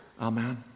Amen